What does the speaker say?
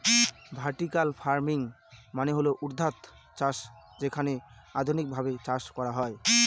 vertical farming মানে হল ঊর্ধ্বাধ চাষ যেখানে আধুনিকভাবে চাষ করা হয়